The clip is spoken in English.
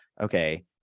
okay